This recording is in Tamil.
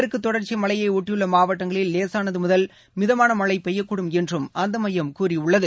மேற்கு தொடர்ச்சி மலையை ஒட்டியுள்ள மாவட்டங்களில் லேசானது முதல் மிதமான மழை பெய்யக்கூடும் என்றும் அந்த மையம் கூறியுள்ளது